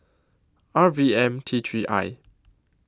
R V M T three I